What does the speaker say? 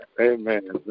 Amen